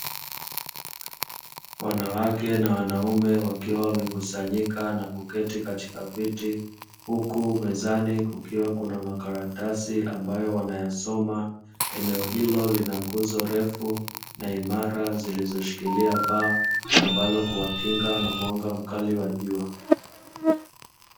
Wanawake na wanaume wakiwa wamekusanyika na kuketi katika viti huku mezani kukiwa kuna makaratasi ambayo wanayasoma eneo hilo lina nguzo refu na imara zilizoshikilia paa ambalo huwakinga na mwanga mkali wa jua.